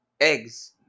Eggs